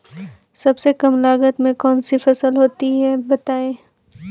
सबसे कम लागत में कौन सी फसल होती है बताएँ?